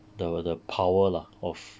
the the power lah of